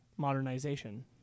modernization